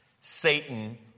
Satan